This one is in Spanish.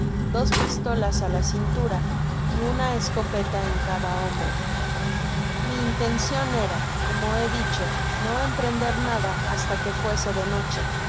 dos pistolas á la cintura y una escopeta en cada hombro mi intencio era como he dicho no emprender nada hasta que fuese de noche